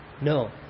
No